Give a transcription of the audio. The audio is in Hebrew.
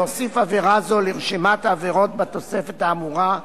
להוסיף עבירה זו לרשימת העבירות בתוספת האמורה,